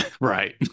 Right